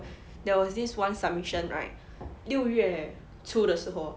there was this one submission right 六月初的时候